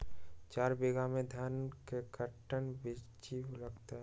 चार बीघा में धन के कर्टन बिच्ची लगतै?